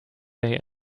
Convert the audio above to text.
they